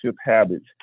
habits